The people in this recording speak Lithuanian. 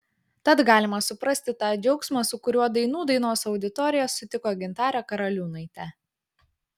tad galima suprasti tą džiaugsmą su kuriuo dainų dainos auditorija sutiko gintarę karaliūnaitę